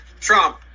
Trump